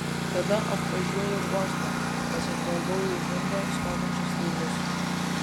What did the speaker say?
tada apvažiuoju uostą pasižvalgau į zunde stovinčius laivus